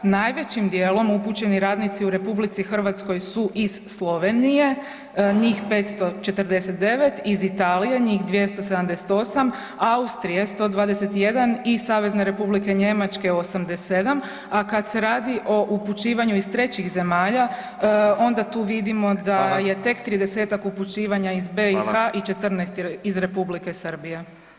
Najvećim dijelom upućeni radnici u RH su iz Slovenije, njih 549, iz Italije, nih 278, Austrije 121 i SR Njemačke 87, a kad se radi o upućivanju iz trećih zemalja onda tu vidimo [[Upadica: Hvala]] da je tek 30-tak upućivanja iz BiH [[Upadica: Hvala]] i 14 iz Republike Srbije.